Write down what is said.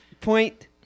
point